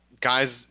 guys